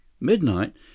Midnight